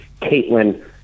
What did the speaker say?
Caitlin